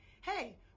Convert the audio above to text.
hey